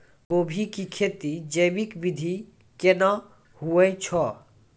गोभी की खेती जैविक विधि केना हुए छ?